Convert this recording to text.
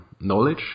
knowledge